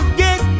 get